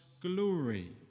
glory